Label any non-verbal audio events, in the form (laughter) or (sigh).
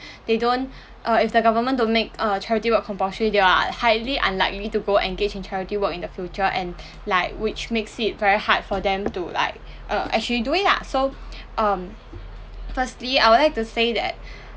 (breath) they don't uh if the government don't make uh charity work compulsory they are highly unlikely to go engaged in charity work in the future and like which makes it very hard for them to like uh actually do it ah so um firstly I would like to say that